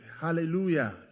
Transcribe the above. Hallelujah